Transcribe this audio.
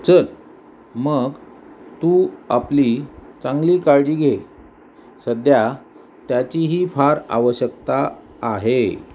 चल मग तू आपली चांगली काळजी घे सध्या त्याचीही फार आवश्यकता आहे